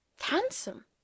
handsome